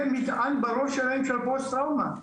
מטען בראש שלהם אחרי שעברו אז טראומה.